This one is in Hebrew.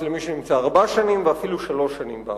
למי שנמצא ארבע שנים ואפילו שלוש שנים בארץ.